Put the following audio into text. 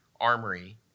armory